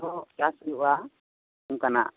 ᱟᱨᱦᱚᱸ ᱪᱟᱥ ᱦᱩᱭᱩᱜᱼᱟ ᱚᱱᱠᱟᱱᱟᱜ